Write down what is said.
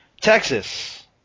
Texas